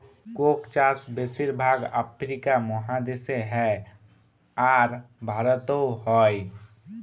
Coke চাষ বেশির ভাগ আফ্রিকা মহাদেশে হ্যয়, আর ভারতেও হ্য়য়